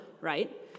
right